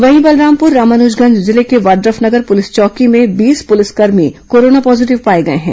वहीं बलरामपुर रामानुंजगंज जिले के वाड्रफनगर पुलिस चौकी में बीस पुलिसकर्मी कोरोना पॉजिटिव पाए गए हैं